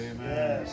Amen